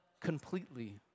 completely